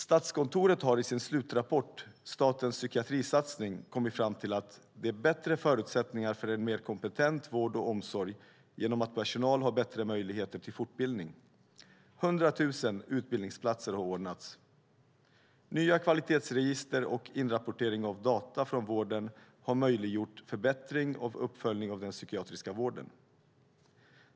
Statskontoret har i sin slutrapport Statens psykiatrisatsning kommit fram till följande: 1. Det är bättre förutsättningar för en mer kompetent vård och omsorg genom att personal har bättre möjligheter till fortbildning. 100 000 utbildningsplatser har ordnats. 2. Nya kvalitetsregister och inrapportering av data från vården har möjliggjort förbättring av uppföljning av den psykiatriska vården. 3.